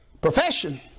profession